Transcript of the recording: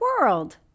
world